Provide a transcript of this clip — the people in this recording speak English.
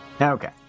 Okay